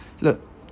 look